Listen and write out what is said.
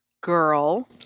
girl